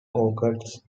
orchards